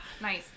Nice